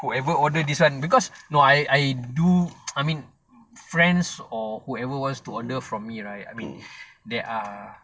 whoever order this [one] because no I I do I mean friends or whoever wants to order from me right I mean there are